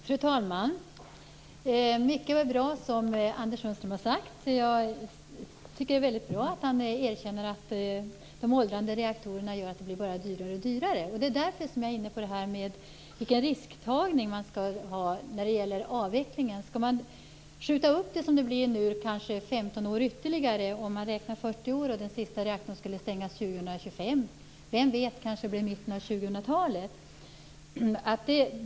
Fru talman! Mycket av det som Anders Sundström har sagt var bra. Jag tycker att det är mycket bra att han erkänner att de åldrande reaktorerna gör att det bara blir dyrare och dyrare. Det är därför som jag är inne på vilken risktagning man skall ha när det gäller avvecklingen. Skall man skjuta upp den 15 år ytterligare, som det kanske blir nu, om man räknar med 40 års livslängd? Den sista reaktorn skulle då stängas år 2025. Vem vet, det kanske blir i mitten av 2000-talet.